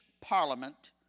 Parliament